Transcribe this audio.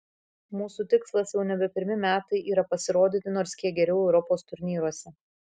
mūsų tikslas jau nebe pirmi metai yra pasirodyti nors kiek geriau europos turnyruose